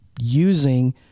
using